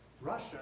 Russia